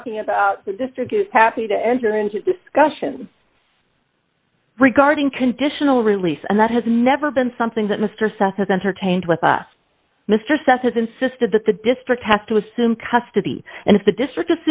talking about the district is happy to enter into discussions regarding conditional release and that has never been something that mr seth has entertained with us mr cephas insisted that the district has to assume custody and if the district